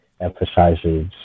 emphasizes